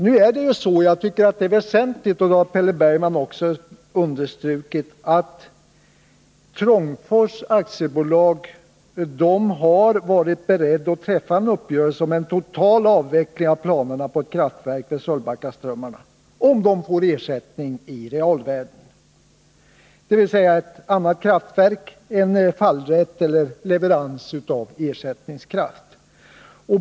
Nu är det ju väsentligt — det har Per Bergman också understrukit — att Trångfors AB har varit berett att träffa en uppgörelse om en total avveckling av planerna på ett kraftverk vid Sölvbackaströmmarna, om bolaget får ersättning i realvärden — dvs. ett annat kraftverk, en fallrätt eller leverans av ersättningskraft.